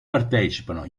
partecipano